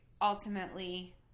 ultimately